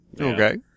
Okay